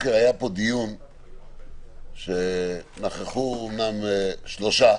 הבוקר היה פה דיון שנכחו אומנם שלושה,